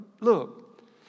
Look